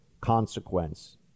consequence